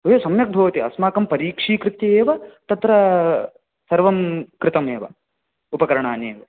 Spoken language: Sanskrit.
हो ये सम्यक् भवति अस्माकं परीक्षिकृत्ये एव तत्र सर्वं कृतमेव उपकरणानेव